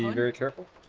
like very careful